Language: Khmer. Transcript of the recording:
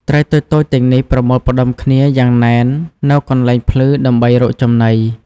ត្រីតូចៗទាំងនេះប្រមូលផ្តុំគ្នាយ៉ាងណែននៅកន្លែងភ្លឺដើម្បីរកចំណី។